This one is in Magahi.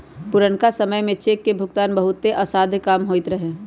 पुरनका समय में चेक के भुगतान बहुते असाध्य काम होइत रहै